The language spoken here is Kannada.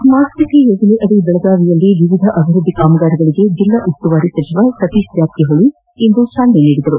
ಸ್ನಾರ್ಟ್ ಸಿಟಿ ಯೋಜನೆಯಡಿ ಬೆಳಗಾವಿಯಲ್ಲಿ ವಿವಿಧ ಅಭಿವ್ಯದ್ಲಿ ಕಾಮಗಾರಿಗಳಿಗೆ ಬೆಲ್ಲಾ ಉಸ್ತುವಾರಿ ಸಚಿವ ಸತೀಶ್ ಜಾರಕಿಹೊಳಿ ಇಂದು ಚಾಲನೆ ನೀಡಿದರು